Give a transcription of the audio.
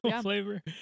flavor